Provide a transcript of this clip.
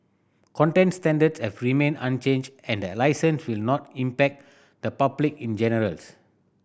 content standards have unchanged and the licence will not impact the public in generals